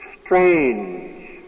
Strange